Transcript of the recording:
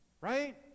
Right